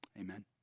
Amen